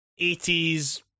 80s